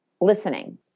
listening